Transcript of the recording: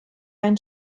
einen